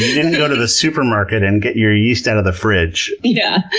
didn't go to the supermarket and get your yeast out of the fridge. yeah!